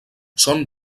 són